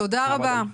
תודה רבה.